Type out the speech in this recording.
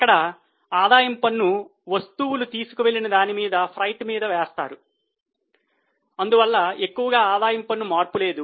అక్కడ ఆదాయపు పన్ను వస్తువులు తీసుకు వెళ్ళిన దాని మీద వేస్తారు అందువల్ల ఎక్కువగా ఆదాయ పన్ను మార్పు లేదు